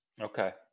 Okay